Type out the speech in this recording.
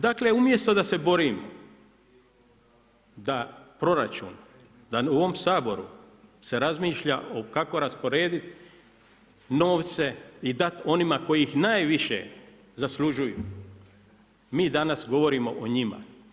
Dakle umjesto da se borimo da proračun da u ovom Saboru se razmišlja kako rasporediti novce i dati onima koji ih najviše zaslužuju, mi danas govorimo o njima.